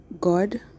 God